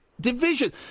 division